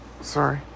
sorry